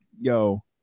yo